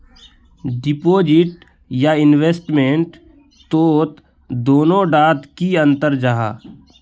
Deposit या investment तोत दोनों डात की अंतर जाहा?